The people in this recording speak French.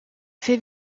fait